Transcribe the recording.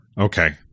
Okay